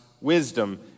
wisdom